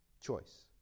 choice